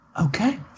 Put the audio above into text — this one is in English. Okay